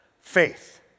faith